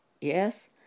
Yes